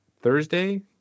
thursday